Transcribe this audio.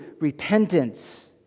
repentance